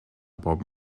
bob